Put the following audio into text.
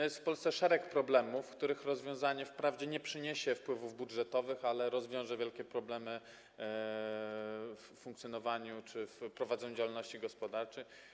Jest w Polsce szereg problemów, których rozwiązanie wprawdzie nie przyniesie wpływów budżetowych, ale rozwiąże wielkie problemy w funkcjonowaniu czy w prowadzeniu działalności gospodarczej.